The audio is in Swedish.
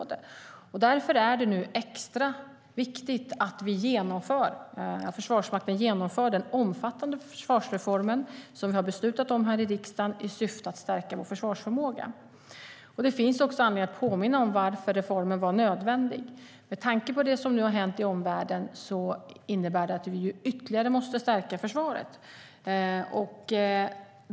Därför är det nu extra viktigt att Försvarsmakten genomför den omfattande försvarsreformen som riksdagen har beslutat om i syfte att stärka vår försvarsförmåga. Det finns också anledning att påminna om varför reformen var nödvändig. Med tanke på det som har hänt i omvärlden innebär det att vi måste ytterligare stärka försvaret.